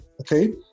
Okay